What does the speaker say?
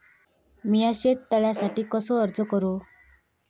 मीया शेत तळ्यासाठी कसो अर्ज करू?